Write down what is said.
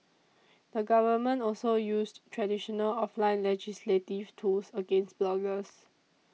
the government also used traditional offline legislative tools against bloggers